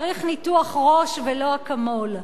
צריך ניתוח ראש ולא "אקמול"?